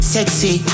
Sexy